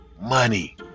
Money